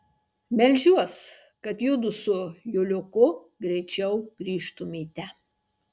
meldžiuos kad judu su juliuku greičiau grįžtumėte